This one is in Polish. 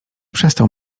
przestał